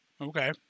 Okay